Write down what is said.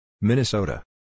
Minnesota